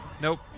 Nope